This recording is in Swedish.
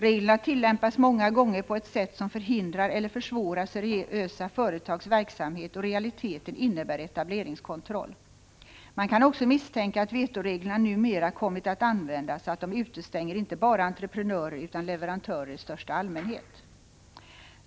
Reglerna tillämpas många gånger på ett sätt som förhindrar eller försvårar seriösa företags verksamhet och i realiteten innebär etableringskontroll. Man kan också misstänka att vetoreglerna numera kommit att användas så, att de utestänger inte bara entreprenörer utan leverantörer i största allmänhet.